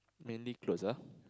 mainly clothes ah